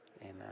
Amen